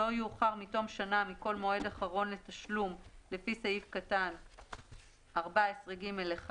לא יאוחר מתום שנה מכל מועד אחרון לתשלום לפי סעיף 14ג(ד),